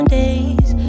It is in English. days